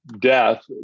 death